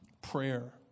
Prayer